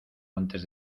antes